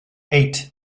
eight